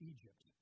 Egypt